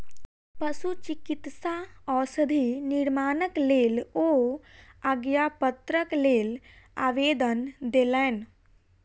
पशुचिकित्सा औषधि निर्माणक लेल ओ आज्ञापत्रक लेल आवेदन देलैन